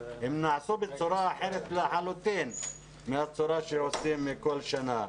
הן נעשו בצורה אחרת לחלוטין מהצורה שעושים בכל שנה.